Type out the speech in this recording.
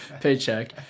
paycheck